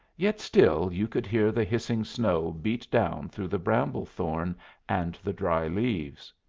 yet still you could hear the hissing snow beat down through the bramble-thorn and the dry leaves.